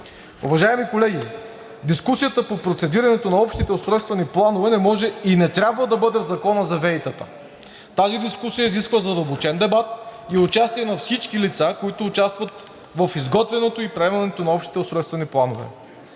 Уважаеми колеги, дискусията по процедирането на общите устройствени планове не може и не трябва да бъде в Закона за ВЕИ-тата. Тази дискусия изисква задълбочен дебат и участие на всички лица, които участват в изготвянето и приемането на общите устройствени планове.